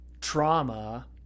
trauma